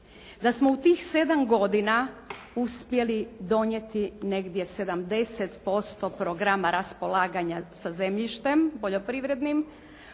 da smo u tih sedam godina uspjeli donijeti negdje 70% programa raspolaganja zemljištem poljoprivrednim.